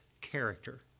character